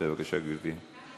בבקשה, גברתי.